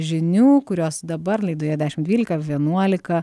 žinių kurios dabar laidoje dešim dvylika vienuolika